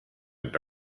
and